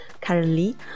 currently